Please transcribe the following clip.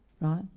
Right